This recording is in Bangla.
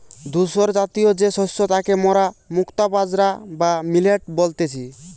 ধূসরজাতীয় যে শস্য তাকে মোরা মুক্তা বাজরা বা মিলেট বলতেছি